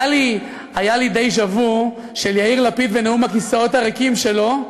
היה לי דז'ה-וו של יאיר לפיד ונאום הכיסאות הריקים שלו.